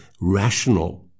rational